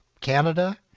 Canada